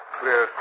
clear